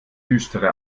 düstere